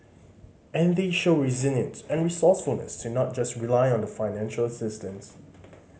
and they show resilience and resourcefulness to not just rely on the financial assistance